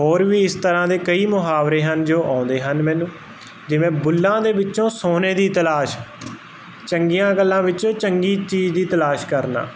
ਹੋਰ ਵੀ ਇਸ ਤਰ੍ਹਾਂ ਦੇ ਕਈ ਮੁਹਾਵਰੇ ਹਨ ਜੋ ਆਉਂਦੇ ਹਨ ਮੈਨੂੰ ਜਿਵੇਂ ਬੁੱਲਾਂ ਦੇ ਵਿੱਚੋਂ ਸੋਨੇ ਦੀ ਤਲਾਸ਼ ਚੰਗੀਆਂ ਗੱਲਾਂ ਵਿੱਚੋਂ ਚੰਗੀ ਚੀਜ਼ ਦੀ ਤਲਾਸ਼ ਕਰਨਾ